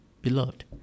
Beloved